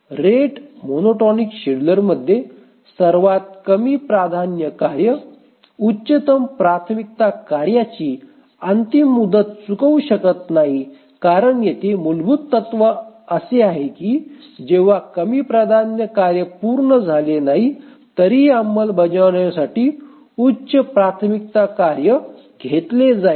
rate monotonic शेड्यूलरमध्ये सर्वात कमी प्राधान्य कार्य उच्चतम प्राथमिकता कार्याची अंतिम मुदत चुकवू शकत नाही कारण येथे मूलभूत तत्त्व असा आहे की जेव्हा कमी प्राधान्य कार्य पूर्ण झाले नाही तरीही अंमलबजावणी साठी उच्च प्राथमिकता कार्य घेतले जाईल